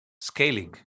Scaling